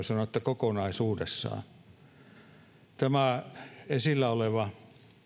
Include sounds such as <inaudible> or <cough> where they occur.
<unintelligible> sanoa kokonaisuudessaan tämä esillä oleva